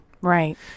right